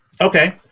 Okay